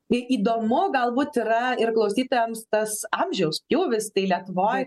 tai įdomu galbūt yra ir klausytojams tas amžiaus pjūvis tai lietuvoj